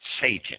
Satan